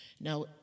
Now